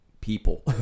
people